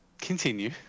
Continue